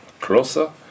closer